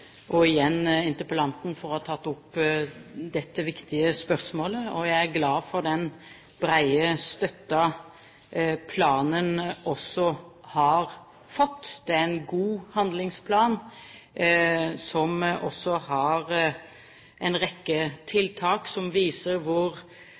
og igjen interpellanten for å ha tatt opp dette viktige spørsmålet. Jeg er også glad for den brede støtten planen har fått. Det er en god handlingsplan, som har en rekke